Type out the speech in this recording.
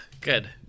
Good